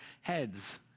heads